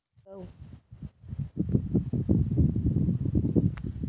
जेन हरही गरूवा रहिथे ओखर म लांहगर बंधाय ले ओ पहिली जइसे भागे नइ सकय